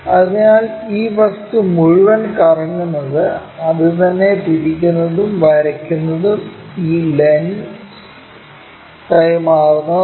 അതിനാൽ ഈ വസ്തു മുഴുവനും കറങ്ങുന്നത് അത് തന്നെ തിരിക്കുന്നതും വരയ്ക്കുന്നതും ഈ ലെൻസ് കൈമാറുന്നതുമാണ്